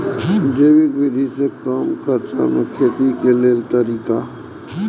जैविक विधि से कम खर्चा में खेती के लेल तरीका?